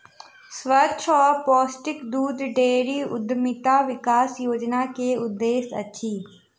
स्वच्छ आ पौष्टिक दूध डेयरी उद्यमिता विकास योजना के उद्देश्य अछि